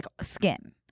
skin